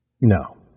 No